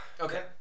Okay